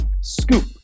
Scoop